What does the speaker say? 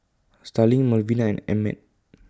Starling Melvina and Emmett